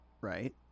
right